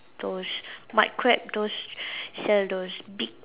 those mud crab those sell those big